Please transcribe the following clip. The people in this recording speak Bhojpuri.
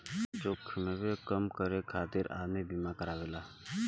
जोखिमवे कम करे खातिर आदमी बीमा करावेला